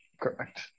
Correct